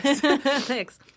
Thanks